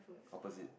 opposite